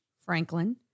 Franklin